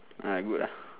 uh good lah